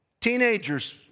Teenagers